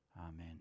Amen